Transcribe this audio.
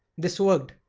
this worked,